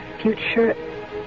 future